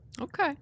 Okay